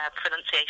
pronunciation